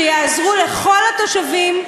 שיעזרו לכל התושבים,